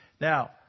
now